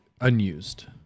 unused